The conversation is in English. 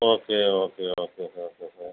okay okay okay sir okay sir